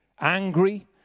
angry